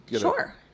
Sure